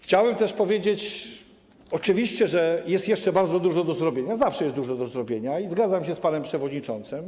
Chciałbym też powiedzieć, że oczywiście jest jeszcze bardzo dużo do zrobienia, zawsze jest dużo do zrobienia, i że zgadzam się z panem przewodniczącym.